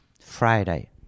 Friday